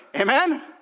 Amen